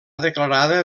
declarada